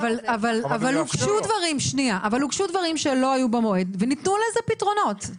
אבל הוגשו דברים שלא היו במועד וניתנו לזה פתרונות,